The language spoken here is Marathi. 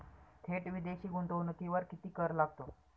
थेट विदेशी गुंतवणुकीवर किती कर लागतो?